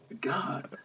God